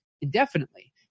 indefinitely